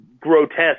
grotesque